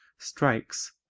strikes,